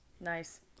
Nice